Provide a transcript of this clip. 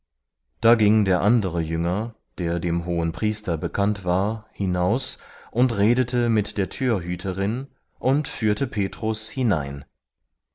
da ging der andere jünger der dem hohenpriester bekannt war hinaus und redete mit der türhüterin und führte petrus hinein